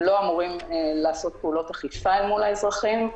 הם לא אמורים לעשות פעולות אכיפה אל מול האזרחים.